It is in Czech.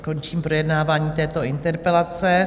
Končím projednávání této interpelace.